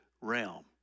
realm